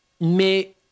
mais